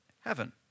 heaven